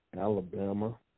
Alabama